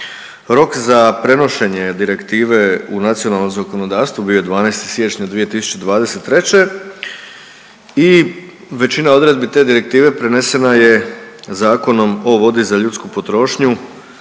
Rok za prenošenje direktive u nacionalno zakonodavstvo bio je 12. siječnja 2023. i većina odredbi te direktive prenesena je Zakonom o vodi za ljudsku potrošnju